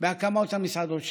בהקמת המסעדות שלהם,